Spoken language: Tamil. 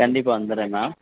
கண்டிப்பாக வந்துர்றேன் மேம்